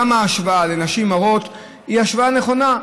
גם ההשוואה לנשים הרות היא השוואה נכונה.